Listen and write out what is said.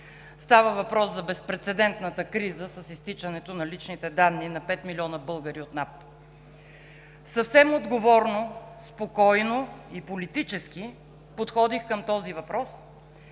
Става въпрос за безпрецедентната криза с изтичането на личните данни на пет милиона българи от НАП. Съвсем отговорно, спокойно и политически подходих към този въпрос,